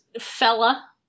fella